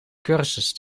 cursus